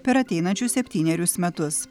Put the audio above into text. per ateinančius septynerius metus